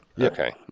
Okay